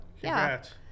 Congrats